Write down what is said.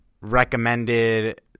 recommended